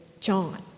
John